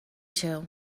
two